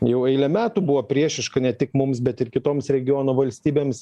jau eilę metų buvo priešiška ne tik mums bet ir kitoms regiono valstybėms